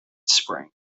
springs